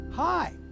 Hi